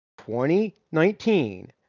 2019